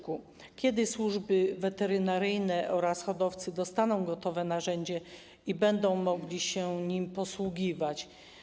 Kiedy służby weterynaryjne oraz hodowcy dostaną gotowe narzędzie i będą mogli się nim posługiwać?